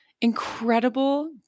incredible